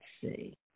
see